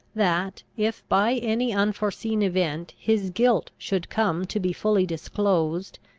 that, if by any unforeseen event his guilt should come to be fully disclosed,